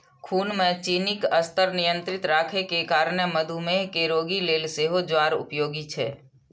खून मे चीनीक स्तर नियंत्रित राखै के कारणें मधुमेह के रोगी लेल सेहो ज्वार उपयोगी छै